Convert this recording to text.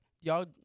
y'all